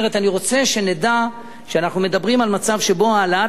אני רוצה שנדע שאנחנו מדברים על מצב שבו העלאת מס